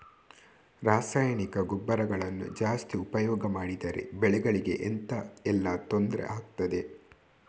ರಾಸಾಯನಿಕ ಗೊಬ್ಬರಗಳನ್ನು ಜಾಸ್ತಿ ಉಪಯೋಗ ಮಾಡಿದರೆ ಬೆಳೆಗಳಿಗೆ ಎಂತ ಎಲ್ಲಾ ತೊಂದ್ರೆ ಆಗ್ತದೆ?